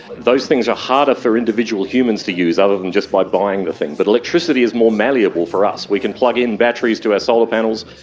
those things are harder for individual humans to use other than just by buying the thing, but electricity is more malleable for us, we can plug in batteries to our solar panels,